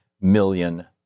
million